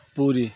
Puri